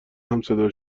همصدا